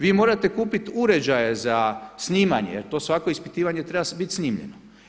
Vi morate kupit uređaje za snimanje, jer to svako ispitivanje treba bit snimljeno.